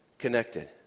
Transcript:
Connected